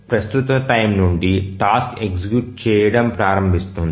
ప్రస్తుత టైమ్ నుండి task execute చేయడం ప్రారంభిస్తుంది